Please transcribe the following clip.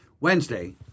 Wednesday